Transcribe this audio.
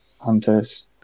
hunters